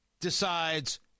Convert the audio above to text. decides